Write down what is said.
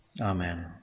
Amen